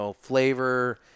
flavor